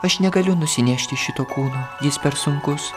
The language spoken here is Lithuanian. aš negaliu nusinešti šito kūno jis per sunkus